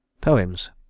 Poems